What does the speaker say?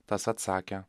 tas atsakė